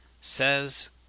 says